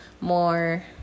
more